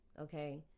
Okay